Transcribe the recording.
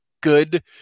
good